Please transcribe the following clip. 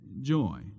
joy